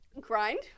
grind